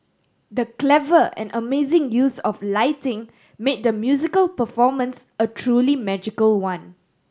the clever and amazing use of lighting made the musical performance a truly magical one